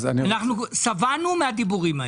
אנחנו שבענו מהדיבורים האלה.